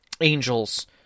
angels